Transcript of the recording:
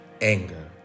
anger